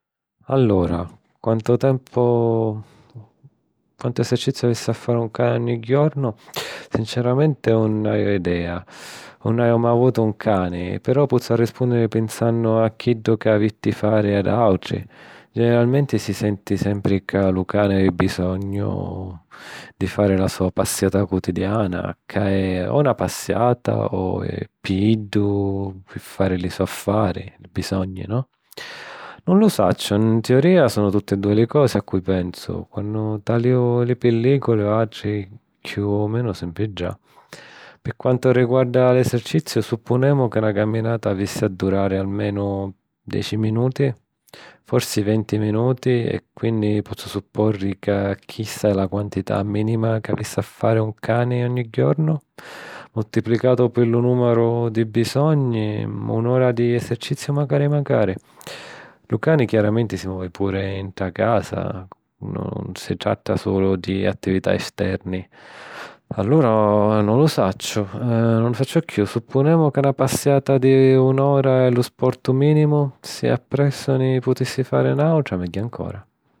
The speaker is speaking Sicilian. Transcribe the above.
Allura... Quantu eserciziu avissi a fari un cani ogni jornu? Sinceramenti nun haiu idea, 'un haiu mai avutu un cani. Però pozzu arrispùnniri pinsannu a chiddu ca vitti fari ad àutri... generalmenti si senti sempri ca lu cani havi bisognu di fari la so passiata cutidiana ca è o na passiata o è pi iddu fari li so' affari, li bisogni. Nun lu sacciu. 'N tiurìa sunnu tutti dui li cosi, a cui pensu quannu taliu li pillìculi o àutri cchiù o menu sempri ddà. Pi quantu riguarda l'eserciziu, supponemu ca na caminata avissi a durari almenu deci minuti forsi venti minuti e quinni pozzu suppòniri chi chista è la quantità mìnima c'avissi a fari nu cani ogni jornu... multiplicatu pi lu nùmeru di bisogni... Un'ura di eserciziu macari macari... lu cani chiaramenti si movi puru nt casa. Nun si tratta sulu di attività esterni. Allura non lu sacciu chiù, supponemu ca na passiata di un'ura è lo sporti minimu, si appressu si pò fari n'àutra, di chiù mègghiu ancora.